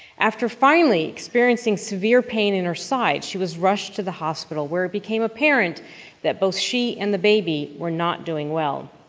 after finally experiencing sort of pain in her side, she was rushed to the hospital where it became apparent that both she and the baby were not doing well.